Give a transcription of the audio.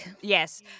Yes